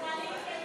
של חברי הכנסת חיים